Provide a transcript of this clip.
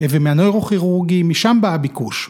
‫ומהנויורוכרוגי, משם בא הביקוש.